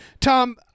Tom